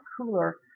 cooler